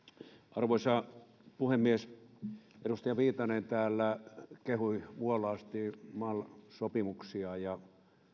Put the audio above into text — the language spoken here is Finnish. arvoisa puhemies edustaja viitanen täällä kehui vuolaasti mal sopimuksia ja